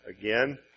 again